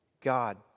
God